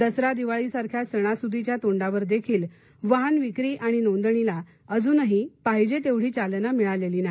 दसरा दिवाळी सारख्या सणासुदीच्या तोंडावर देखील वाहन विक्री आणिनोंदणीला अजूनही पाहिजे तेवढी चालना मिळालेली नाही